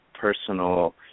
personal